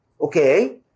okay